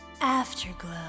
afterglow